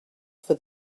for